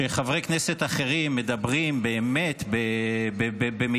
חברי כנסת אחרים מדברים באמת במילים,